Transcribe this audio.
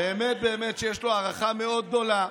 באמת באמת, שיש לו הערכה מאוד גדולה.